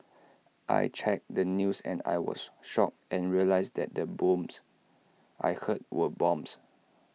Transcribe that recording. I checked the news and I was shocked and realised that the booms I heard were bombs